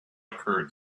occurred